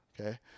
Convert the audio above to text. Okay